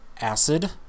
acid